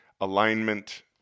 Alignment